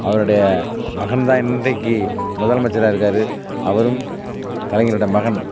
அவருடைய மகன் தான் இன்றைக்கு முதலமைச்சராக இருக்கார் அவரும் கலைஞரோடய மகன்